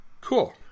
cool